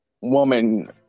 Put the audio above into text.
woman